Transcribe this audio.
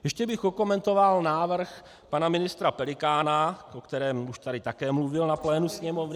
Ještě bych okomentoval návrh pana ministra Pelikána, o kterém už tady také mluvil na plénu Sněmovny.